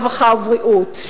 הרווחה והבריאות,